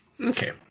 Okay